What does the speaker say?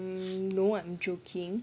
um no I'm joking